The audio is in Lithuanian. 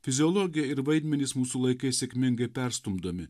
fiziologija ir vaidmenys mūsų laikais sėkmingai perstumdomi